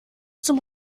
zum